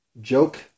joke